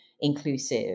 inclusive